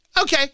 Okay